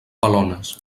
balones